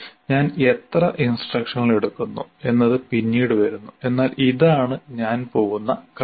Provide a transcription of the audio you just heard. ഞാൻ എത്ര ഇൻസ്ട്രക്ഷനുകൾ എടുക്കുന്നു എന്നത് പിന്നീട് വരുന്നു എന്നാൽ ഇതാണ് ഞാൻ പോകുന്ന ക്രമം